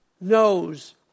knows